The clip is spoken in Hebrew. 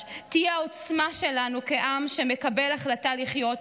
תהיה העוצמה שלנו כעם שמקבל החלטה לחיות,